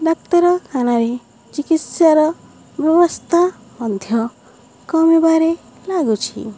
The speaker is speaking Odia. ଡାକ୍ତରଖାନାରେ ଚିକିତ୍ସାର ବ୍ୟବସ୍ଥା ମଧ୍ୟ କମିବାରେ ଲାଗୁଛି